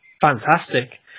Fantastic